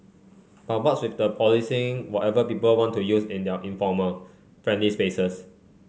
but what's with the policing whatever people want to use in their informal friendly spaces